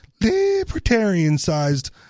libertarian-sized